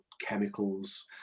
chemicals